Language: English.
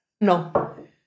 No